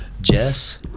Jess